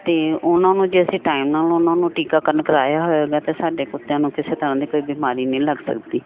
ਅਤੇ ਉਹਨਾਂ ਨੂੰ ਜੇ ਅਸੀਂ ਟਾਈਮ ਨਾਲ ਉਹਨਾਂ ਨੂੰ ਟੀਕਾਕਰਨ ਕਰਾਇਆ ਹੋਇਆ ਹੈਗਾ ਅਤੇ ਸਾਡੇ ਕੁੱਤਿਆਂ ਨੂੰ ਕਿਸੇ ਤਰ੍ਹਾਂ ਦੀ ਕੋਈ ਬਿਮਾਰੀ ਨਹੀਂ ਲੱਗ ਸਕਦੀ